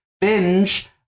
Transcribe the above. binge